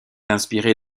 inspiré